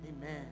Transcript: Amen